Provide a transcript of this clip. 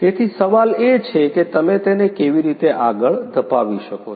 તેથી સવાલ એ છે કે તમે તેને કેવી રીતે આગળ ધપાવી શકો છો